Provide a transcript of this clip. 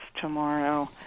tomorrow